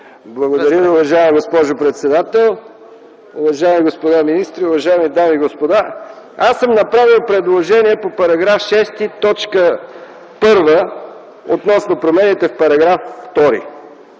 Благодаря, уважаема госпожо председател. Уважаеми господа министри, уважаеми дами и господа! Аз съм направил предложение по § 6, т. 1 относно промените в § 2.